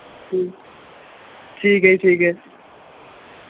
ਹਾਂ ਠੀਕ ਹੈ ਜੀ ਠੀਕ ਹੈ